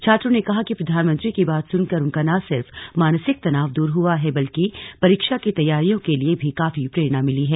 छात्रों ने कहा कि प्रधानमंत्री की बात सुनकर उनका ना सिर्फ मानसिक तनाव दूर हुआ है बल्कि परीक्षा की तैयारियों के लिए भी काफी प्ररेणा मिली है